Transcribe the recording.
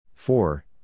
Four